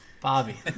Bobby